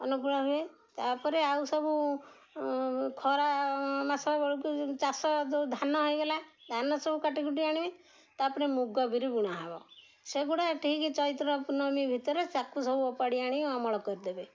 ଅନୁକୂଳ ହୁଏ ତା'ପରେ ଆଉ ସବୁ ଖରା ମାସ ବେଳକୁ ଚାଷ ଯେଉଁ ଧାନ ହେଇଗଲା ଧାନ ସବୁ କାଟିକୁଟି ଆଣିବେ ତାପରେ ମୁଗ ବିରି ବୁଣା ହେବ ସେଗୁଡ଼ା ଠିକ ଚୈତ୍ର ପୂର୍ଣ୍ଣମୀ ଭିତରେ ଚାକୁ ସବୁ ଓପାଡ଼ି ଆଣି ଅମଳ କରିଦେବେ